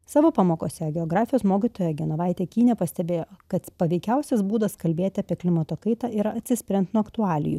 savo pamokose geografijos mokytoja genovaitė kynė pastebėjo kad paveikiausias būdas kalbėti apie klimato kaitą yra atsispiriant nuo aktualijų